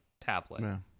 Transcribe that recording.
tablet